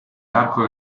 arco